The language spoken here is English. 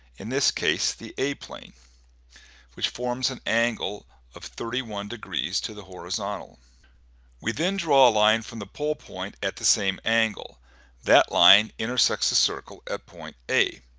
in this case the a plane which forms and angle of thirty one degrees to the horizontal we then draw a line from the pole point at the same angle that line will intersect the circle at point a